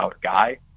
guy